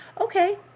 Okay